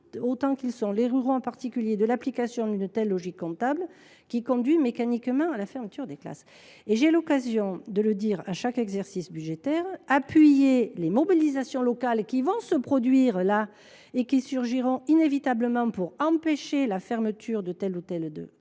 dans nos territoires, en particulier ruraux, de l’application d’une telle logique comptable, qui conduit mécaniquement à la fermeture des classes. J’ai l’occasion de le dire à chaque exercice budgétaire, appuyer les mobilisations locales qui surgiront inévitablement pour empêcher la fermeture de telle ou telle classe